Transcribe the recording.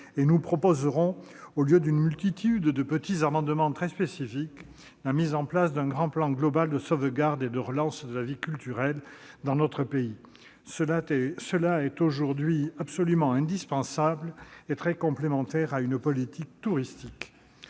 Nous proposerons, au lieu d'une multitude de petits amendements très spécifiques, la mise en place d'un plan global de sauvegarde et de relance de la vie culturelle dans notre pays. C'est indispensable et très complémentaire d'une politique touristique.